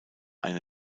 eine